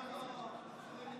ונפגעי מירון לא קשורים לכלום?